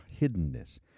hiddenness